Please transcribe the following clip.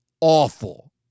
awful